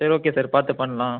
சரி okay sir பார்த்து பண்ணலாம்